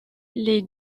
les